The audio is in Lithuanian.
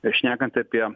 ir šnekant apie